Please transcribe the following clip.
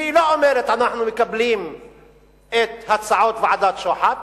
שלא אומרת: אנחנו מקבלים את הצעות ועדת-שוחט,